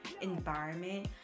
environment